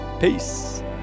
peace